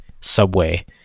subway